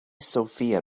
sophia